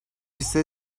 ise